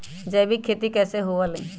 जैविक खेती कैसे हुआ लाई?